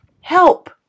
Help